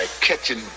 catching